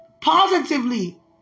positively